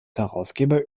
herausgeber